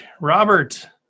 Robert